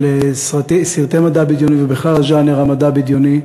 של סרטי מדע בדיוני, ובכלל ז'אנר המדע הבדיוני,